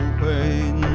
pain